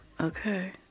Okay